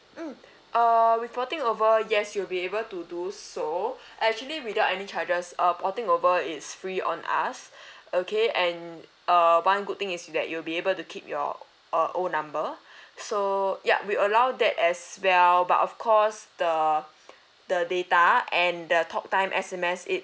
mm uh with floating over yes you'll be able to do so actually without any charges err opt in over it's free on us okay and uh one good thing is that you'll be able to keep your uh own number so yup we allow that as well but of course the the data and the talk time S_M_S it